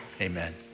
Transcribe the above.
Amen